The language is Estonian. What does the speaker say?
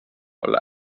olla